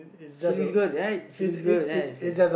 she's looks good right she looks good right yes yes